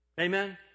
Amen